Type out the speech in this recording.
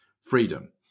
Freedom